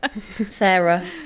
Sarah